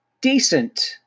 decent